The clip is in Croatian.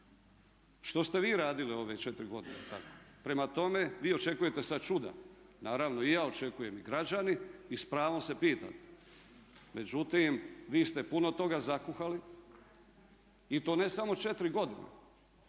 Što ste vi radili ove četiri godine? Prema tome, vi očekujete sad čuda. Naravno i ja očekujem i građani i s pravom se pitate. Međutim, vi ste puno toga zakuhali i to ne samo 4 godine